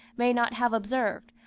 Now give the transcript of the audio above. may not have observed,